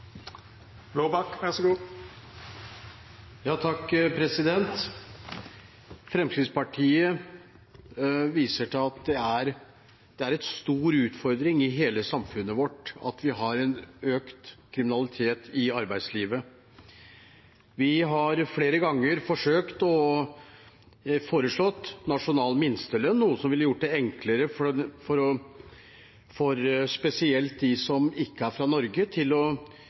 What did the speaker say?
gjeld – så det er avklart. Fremskrittspartiet viser til at det er en stor utfordring i hele samfunnet vårt at vi har en økt forekomst av kriminalitet i arbeidslivet. Vi har flere ganger forsøkt å foreslå nasjonal minstelønn, noe som ville ha gjort det enklere, spesielt for dem som ikke er fra Norge, å kjenne til de minimumsrettighetene som er